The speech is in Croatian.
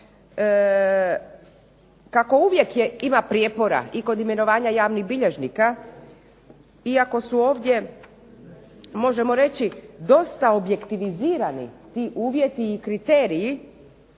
Kako uvijek ima prijepora i kod imenovanja javnih bilježnika, iako su ovdje možemo reći dosta objektivizirani ti uvjeti i kriteriji